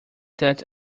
that